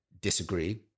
disagree